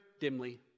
dimly